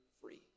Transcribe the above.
free